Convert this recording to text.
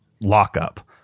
lockup